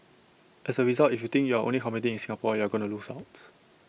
as A result if you think you're only competing in Singapore you're going to lose out